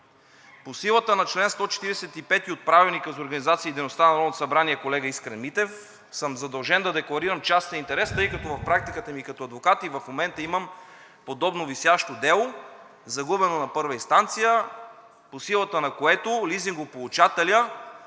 По силата на чл. 145 от Правилника за организацията и дейността на Народното събрание, колега Искрен Митев, съм задължен да декларирам частен интерес, тъй като в практиката ми като адвокат и в момента имам подобно висящо дело, загубено на първа инстанция, по силата на което лизингополучателят,